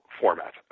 format